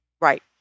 Right